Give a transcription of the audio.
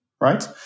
right